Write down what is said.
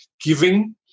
giving